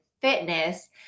fitness